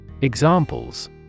Examples